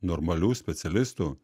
normalių specialistų